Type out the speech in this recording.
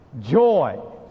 joy